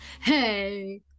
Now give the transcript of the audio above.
Hey